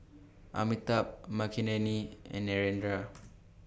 Amitabh Makineni and Narendra